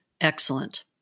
Excellent